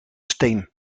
steen